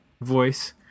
voice